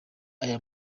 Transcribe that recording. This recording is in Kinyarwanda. aya